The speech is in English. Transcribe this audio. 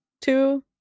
two